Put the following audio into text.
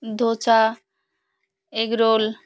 dosa egg role